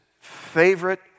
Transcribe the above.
favorite